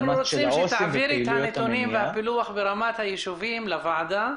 אנחנו רוצים שתעביר את הנתונים והפילוח ברמת הישובים לוועדה.